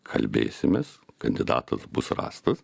kalbėsimės kandidatas bus rastas